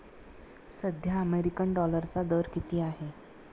सध्या अमेरिकन डॉलरचा दर किती आहे?